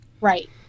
right